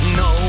no